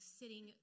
sitting